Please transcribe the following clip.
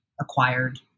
acquired